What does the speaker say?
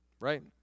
right